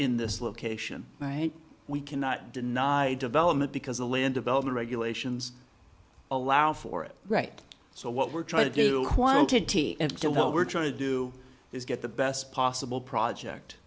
in this location right we cannot deny development because the land development regulations allow for it right so what we're trying to do quantity and what we're trying to do is get the best possible project